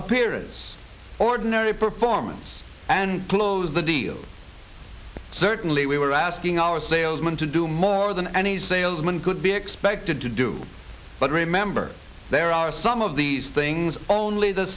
appearance ordinary performance and close the deal certainly we were asking our salesman to do more than any salesman could be expected to do but remember there are some of these things only the